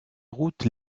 routes